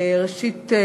ראשית,